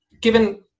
given